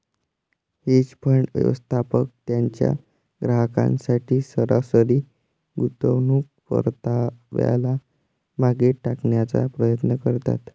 hedge fund, व्यवस्थापक त्यांच्या ग्राहकांसाठी सरासरी गुंतवणूक परताव्याला मागे टाकण्याचा प्रयत्न करतात